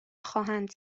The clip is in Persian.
خواهند